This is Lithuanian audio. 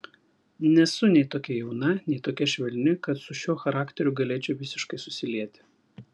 nesu nei tokia jauna nei tokia švelni kad su šiuo charakteriu galėčiau visiškai susilieti